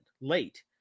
late